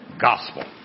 Gospel